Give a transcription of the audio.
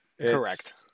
correct